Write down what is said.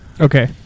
Okay